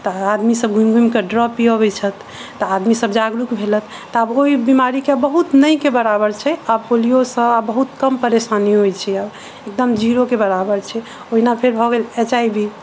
तऽ आदमी सब घुमि घुमि के ड्रॉप पीअबै छथि तऽ आदमी सब जागरूक भेलैथ आब ओहि बीमारी के बहुत नहि के बराबर छै आब पोलियो सॅं आब बहुत कम परेशानी होइ छै एकदम जीरो के बराबर छै ओहिना फेर भऽ गेल एच आइ वी